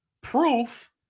proof